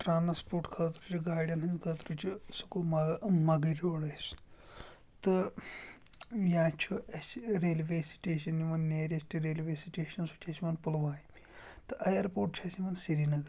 transport خٲطرٕ چھِ گاڑٮ۪ن ہٕنٛدۍ خٲطرٕ چھُ سُہ گوٚو مگر یورَے سُہ تہٕ یا چھُ اَسہِ چھِ ریلوے سِٹیشَن یِوان نیٖرٮ۪سٹ ریلوے سِٹیشَن سُہ چھِ اَسہِ یِوان پُلوامہِ تہٕ آیَرپوٹ چھُ اَسہِ یِوان سرینگرٕ